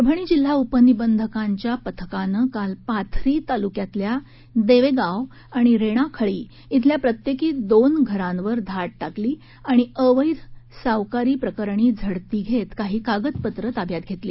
परभणी जिल्हा उपनिबंधकांच्या पथकानं काल पाथरी तालुक्यातल्या देवेगाव आणि रेणाखळी इथल्या प्रत्येकी दोन घरांवर धाडी टाकत अवैध सावकारी प्रकरणी झडती घेत काही कागदपत्रे ताब्यात घेतली